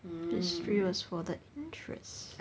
history was for the interest